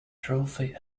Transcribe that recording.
trophy